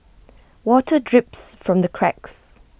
water drips from the cracks